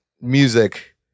music